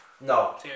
No